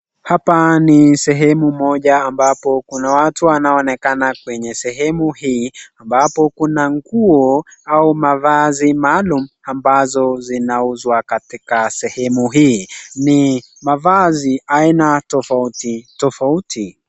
Hapa ni sehemu moja ambapo kuna watu wanaonekana kwenye sehemu hii ambapo kuna nguo au mavazi maalum ambazo zinauswa katika sehemu hii ni mavazi aina tofauti tofauti.